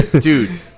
dude